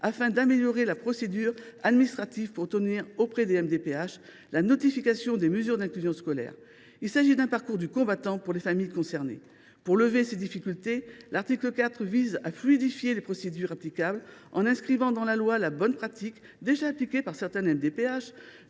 des maisons départementales des personnes handicapées (MDPH), la notification des mesures d’inclusion scolaire. Il s’agit d’un parcours du combattant pour les familles concernées ! Pour lever ces difficultés, l’article 4 fluidifie les procédures applicables en inscrivant dans la loi la bonne pratique, déjà appliquée par certaines MDPH,